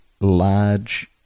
large